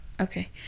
Okay